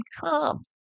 come